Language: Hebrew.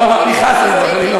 לא, אל תכעס עלי.